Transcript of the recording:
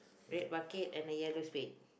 red bucket and a yellow spade